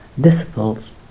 disciples